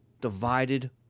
divided